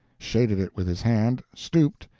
shaded it with his hand, stooped,